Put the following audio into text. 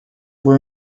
were